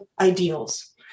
ideals